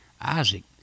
Isaac